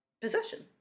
Possession